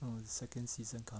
second season come